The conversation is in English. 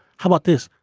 how about this?